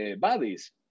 bodies